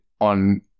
on